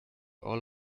all